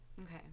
Okay